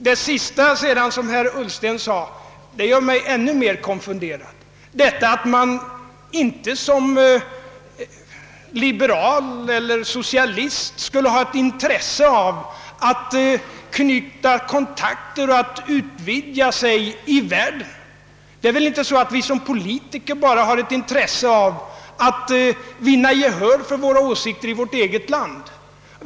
Det sista som herr Ullsten sade gör mig ännu mer konfunderad — detta att man inte som liberal eller socialist skulle ha ett intresse av att knyta nya kontakter och vidga sina kontakter ute i världen. Det är väl inte så att man som politiker bara har ett intresse av att vinna gehör för sina åsikter i det egna landet.